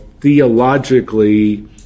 theologically